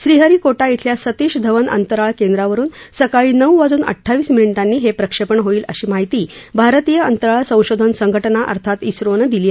श्रीहरी कोटा इथल्या सतीश धवन अंतराळ केंद्रावरुन सकाळी नऊ वाजून अठ्ठावीस मिनिटांनी हे प्रक्षेपण होईल अशी माहिती भारतीय अंतराळ संशोधन संघटना अर्थात इस्रोन दिली